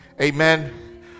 Amen